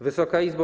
Wysoka Izbo!